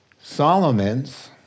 Solomon's